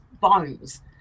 bones